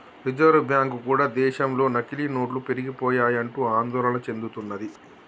reserve bank కూడా దేశంలో నకిలీ నోట్లు పెరిగిపోయాయంటూ ఆందోళన చెందుతున్నది